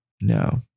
No